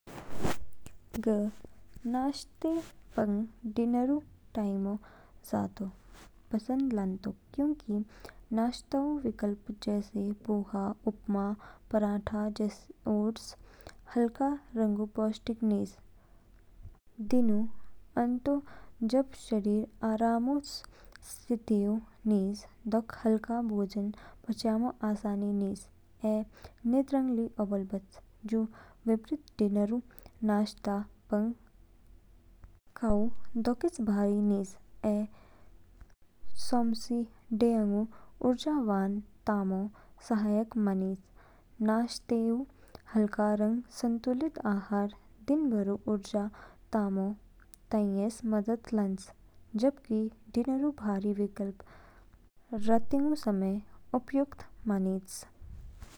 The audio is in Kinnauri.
ग नाश्ते पंग डिनर ऊ टैमौ जामौ पसंद लानतौक, क्योंकि नाश्ते ऊ विकल्प जैसे पोहा, उपमा, पराठा या ओट्स हल्के रंग पौष्टिक निच। दिन ऊ अंतौ, जब शरीर आराम ऊ स्थिति ऊ निच दौक हल्का भोजन पचएमो आसानी निच ऐ नींद्रंग ली औबल बच। जु विपरीत, डिनर ऊ नाश्ते पंग खाउ दौकिच भारी निच ऐ सौमसि डेयाङगु ऊर्जावान तामौ सहायक मानिच। नाश्ते ऊ हल्का रंग संतुलित आहार दिनभरो ऊर्जा तामो ताइएस मदद लानच, जबकि डिनर ऊ भारी विकल्प रातिंग ऊ समय उपयुक्त मानिच।